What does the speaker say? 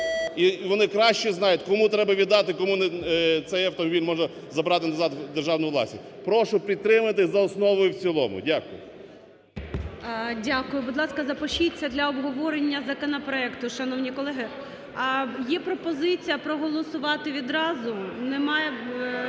І вони краще знають кому треба віддати, кому цей автомобіль, можна забрати назад в державну власність. Прошу підтримати за основу і в цілому. Дякую. ГОЛОВУЮЧИЙ. Дякую. Будь ласка, запишіться для обговорення законопроекту, шановні колеги. Є пропозиція проголосувати відразу. Немає